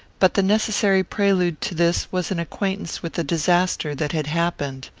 but the necessary prelude to this was an acquaintance with the disaster that had happened.